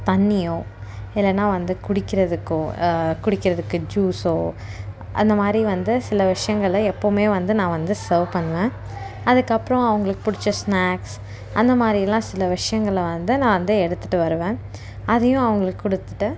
தண்ணியோ இல்லைன்னா வந்து குடிக்கிறதுக்கோ குடிக்கிறதுக்கு ஜூஸ்ஸோ அந்த மாதிரி வந்து சில விஷயங்களை எப்பவுமே வந்து நான் வந்து சேர்வ் பண்ணுவேன் அதுக்கப்புறம் அவங்களுக்கு பிடிச்ச ஸ்னாக்ஸ் அந்த மாதிரியெல்லாம் சில விஷங்களை வந்து நான் வந்து எடுத்துகிட்டு வருவேன் அதையும் அவங்களுக்கு கொடுத்துட்டு